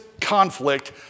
conflict